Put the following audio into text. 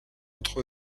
entre